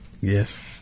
Yes